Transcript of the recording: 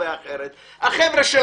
החברה של